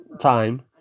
time